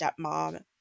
stepmom